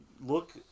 look